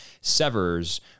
severs